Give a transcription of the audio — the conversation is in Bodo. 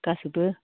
गासैबो